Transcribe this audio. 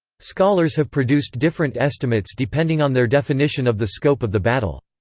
scholars have produced different estimates depending on their definition of the scope of the battle.